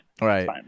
Right